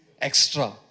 extra